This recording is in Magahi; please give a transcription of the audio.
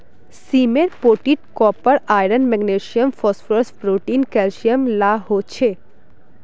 सीमेर पोटीत copper, iron, magnesium, phosphorus, protein, calcium ला हो छे